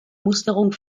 musterung